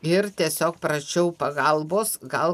ir tiesiog prašiau pagalbos gal